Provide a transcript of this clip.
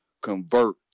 convert